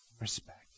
respect